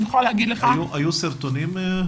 היו סרטונים?